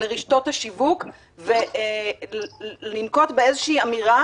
לרשתות השיווק ולנקוט באיזו אמירה,